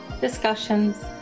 discussions